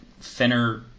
thinner